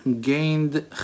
gained